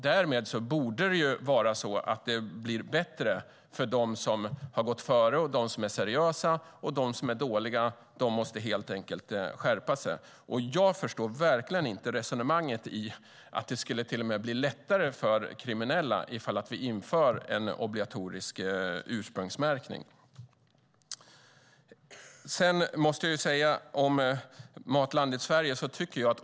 Därmed borde det bli bättre för dem som har gått före och som är seriösa. Och de som är dåliga måste helt enkelt skärpa sig. Jag förstår verkligen inte resonemanget att det till och med skulle bli lättare för kriminella ifall vi inför en obligatorisk ursprungsmärkning. Sedan måste jag säga något om Matlandet Sverige.